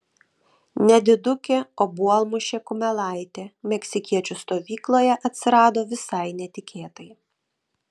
nedidukė obuolmušė kumelaitė meksikiečių stovykloje atsirado visai netikėtai